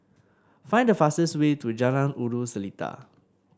find the fastest way to Jalan Ulu Seletar